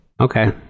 Okay